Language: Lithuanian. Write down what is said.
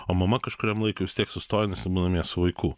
o mama kažkuriam laikui vis tiek sustoja nes ji būna namie su vaiku